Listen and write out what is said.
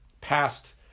past